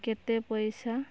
କେତେ ପଇସା